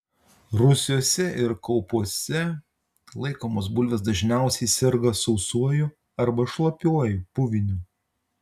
rūsiuose ir kaupuose laikomos bulvės dažniausiai serga sausuoju arba šlapiuoju puviniu